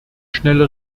schnelle